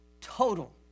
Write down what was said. total